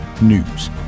news